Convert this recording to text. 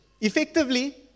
Effectively